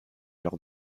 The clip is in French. lors